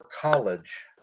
college